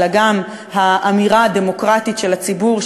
אלא גם האמירה הדמוקרטית של הציבור,